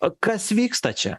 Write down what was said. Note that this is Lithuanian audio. o kas vyksta čia